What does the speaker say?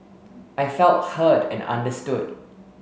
I felt heard and understood